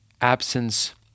absence